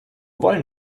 wollen